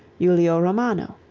julio romano.